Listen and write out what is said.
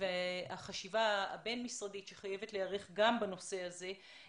החשיבה הבין-משרדית חייבת להיערך גם בנושא הזה.